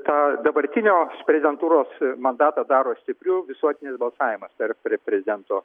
tą dabartinio prezidentūros mandatą daro stipriu visuotinis balsavimas per prezidento